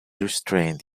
restrained